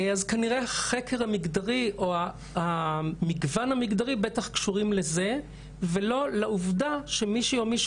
אז כנראה שהמגוון המגדרי בטח קשור לזה ולא לעובדה שמישהי או מישהו